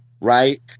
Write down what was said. right